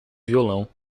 violão